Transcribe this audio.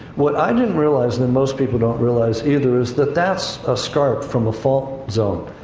what i didn't realize that most people don't realize, either, is that that's a scarp from a fault zone.